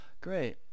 Great